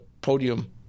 podium